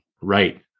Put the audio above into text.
right